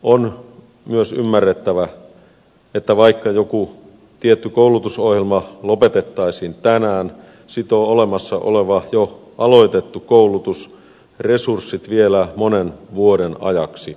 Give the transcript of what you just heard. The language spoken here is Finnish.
on myös ymmärrettävä että vaikka joku tietty koulutusohjelma lopetettaisiin tänään sitoo olemassa oleva jo aloitettu koulutus resurssit vielä monen vuoden ajaksi